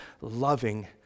loving